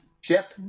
ship